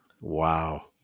Wow